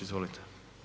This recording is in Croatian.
Izvolite.